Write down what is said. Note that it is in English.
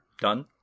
done